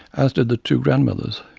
as did the two grandmothers.